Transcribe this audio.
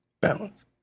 Balance